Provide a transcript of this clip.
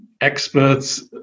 experts